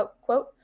quote